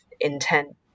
intent